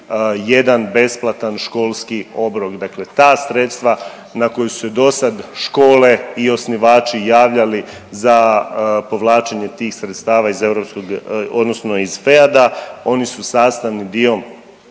jedan besplatan školski obrok, dakle ta sredstava na koje su se dosad škole i osnivači javljali za povlačenje tih sredstava iz europskog odnosno iz